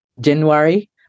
January